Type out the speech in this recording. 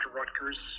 Rutgers